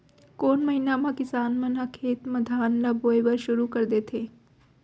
कोन महीना मा किसान मन ह खेत म धान ला बोये बर शुरू कर देथे?